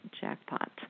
Jackpot